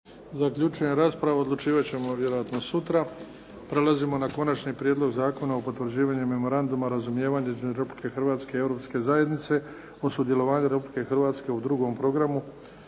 Zaključujem raspravu. Odlučivat će se kad se steknu uvjeti. **Bebić, Luka (HDZ)** 26. Konačni prijedlog zakona o Potvrđivanju memoranduma razumijevanja između Republike Hrvatske i Europske zajednice o sudjelovanju Republike Hrvatske u drugom programu